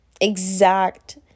exact